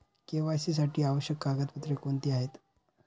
KYC साठी आवश्यक कागदपत्रे कोणती आहेत?